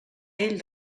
ell